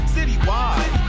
Citywide